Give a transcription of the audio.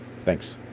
Thanks